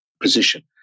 position